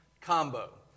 combo